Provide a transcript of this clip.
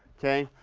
okay?